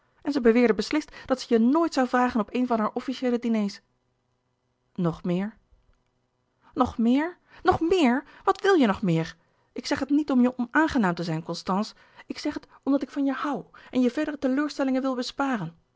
en ze beweerde beslist dat ze je nooit zoû vragen op een van haar officieele diners nog meer nog meer nog meer wat wil je nog meer ik zeg het niet om je onaangenaam te zijn constance ik zeg het omdat ik van je hoû en je verdere teleurstellingen wil besparen